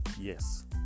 yes